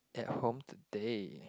at home today